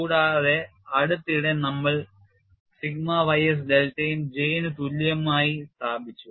കൂടാതെ അടുത്തിടെ നമ്മൾ സിഗ്മ ys ഡെൽറ്റയും J ന് തുല്യമായി സ്ഥാപിച്ചു